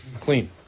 Clean